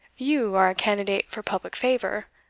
you are a candidate for public favour,